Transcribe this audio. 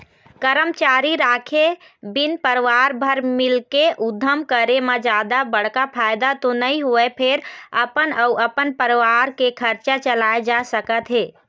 करमचारी राखे बिन परवार भर मिलके उद्यम करे म जादा बड़का फायदा तो नइ होवय फेर अपन अउ अपन परवार के खरचा चलाए जा सकत हे